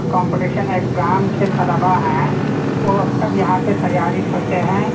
competition exam کے طلبہ ہیں وہ سب یہاں پہ تیاری کرتے ہیں